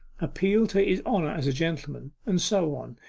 appeal to his honour as a gentleman, and so on,